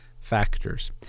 factors